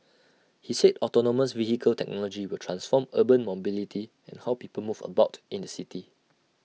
he said autonomous vehicle technology will transform urban mobility and how people move about in the city